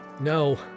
No